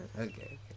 okay